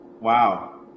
Wow